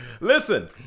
listen